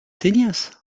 señas